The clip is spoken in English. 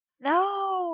No